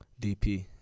DP